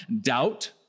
doubt